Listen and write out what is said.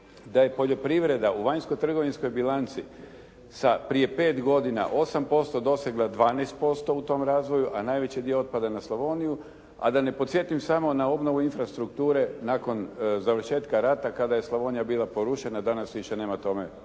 da je poljoprivreda u vanjsko-trgovinskoj bilanci sa prije pet godina 8% dosegla 12% u tom razvoju a najveći dio otpada na Slavoniju. A da ne podsjetim samo na obnovu infrastrukture nakon završetka rata kada je Slavonija bila porušena, danas više nema tome